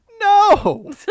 No